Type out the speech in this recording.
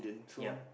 yup